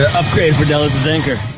upgrade for delos' anchor.